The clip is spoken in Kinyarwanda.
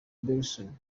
belson